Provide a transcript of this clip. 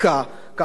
מה,